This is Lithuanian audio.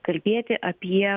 kalbėti apie